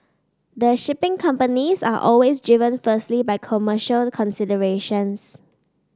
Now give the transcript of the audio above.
the shipping companies are always driven firstly by commercial considerations